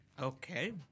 Okay